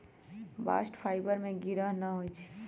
bast fibre में गिरह न होई छै